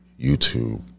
YouTube